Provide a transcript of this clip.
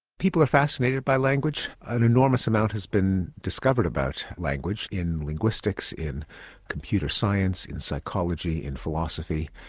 people are fascinated by language. an enormous amount has been discovered about language in linguistics, in computer science, in psychology, in philosophy.